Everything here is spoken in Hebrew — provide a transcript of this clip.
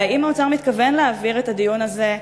והאם האוצר מתכוון להעביר את הדיון הזה,